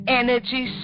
energy